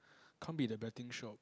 can't be the betting shop